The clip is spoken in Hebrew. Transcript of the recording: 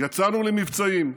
יצאנו למבצעים,